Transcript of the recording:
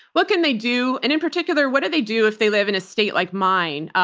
what can they do? and in particular, what do they do if they live in a state like mine,